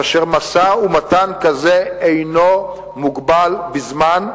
כאשר משא-ומתן כזה אינו מוגבל בזמן,